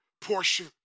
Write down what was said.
portion